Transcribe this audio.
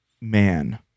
man